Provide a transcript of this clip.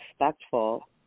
respectful